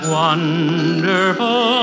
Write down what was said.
wonderful